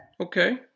Okay